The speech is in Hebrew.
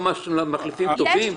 לא מחליפים תובעים.